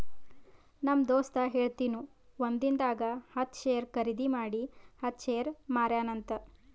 ನಮ್ ದೋಸ್ತ ಹೇಳತಿನು ಒಂದಿಂದಾಗ ಹತ್ತ್ ಶೇರ್ ಖರ್ದಿ ಮಾಡಿ ಹತ್ತ್ ಶೇರ್ ಮಾರ್ಯಾನ ಅಂತ್